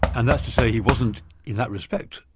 and that's to say he wasn't in that respect,